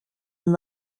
and